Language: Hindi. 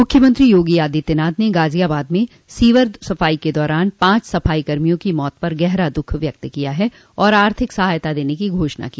मुख्यमंत्री योगी आदित्यनाथ ने गाजियाबाद में सीवर की सफाई के दौरान पांच सफाई कर्मियों की मौत पर गहरा दुख व्यक्त किया और आर्थिक सहायता देने की घोषणा की